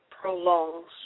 prolongs